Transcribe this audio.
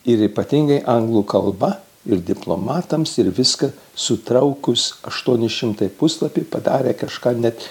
ir ypatingai anglų kalba ir diplomatams ir viską sutraukus aštuoni šimtai puslapių padarė kažką net